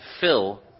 fill